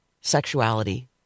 sexuality